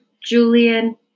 Julian